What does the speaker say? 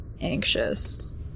anxious